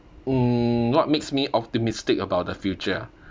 mm what makes me optimistic about the future